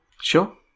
Sure